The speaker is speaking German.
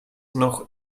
noch